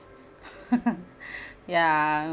ya